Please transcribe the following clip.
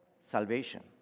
Salvation